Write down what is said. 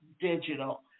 digital